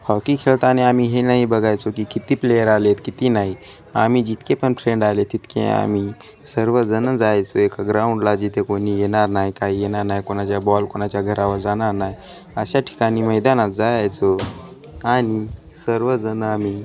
hockey खेळताना आम्ही हे नाही बघायचो की किती प्लेयर आलेत किती नाही आम्ही जितके पण फ्रेंड आलेत तितके आम्ही सर्वजणं जायचो एका ग्राउंडला जिथे कोणी येणार नाही काही येणार नाही कोणाच्या बॉल कोणाच्या घरावर जाणार नाही अशा ठिकाणी मैदानात जायचो आणि सर्वजणं आम्ही